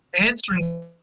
answering